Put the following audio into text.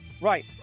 Right